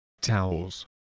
towels